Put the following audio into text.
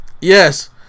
Yes